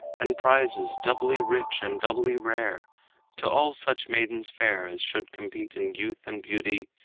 and prizes doubly rich and doubly rare to all such maidens fair as should compete in youth and beauty,